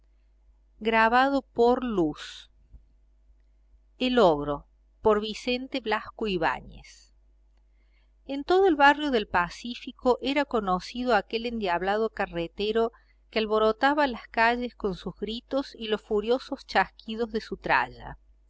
el ogro en todo el barrio del pacífico era conocido aquel endiablado carretero que alborotaba las calles con sus gritos y los furiosos chasquidos de su tralla